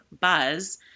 Buzz